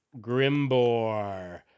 Grimbor